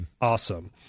Awesome